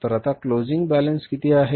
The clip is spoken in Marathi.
तर आता closing balance किती आहे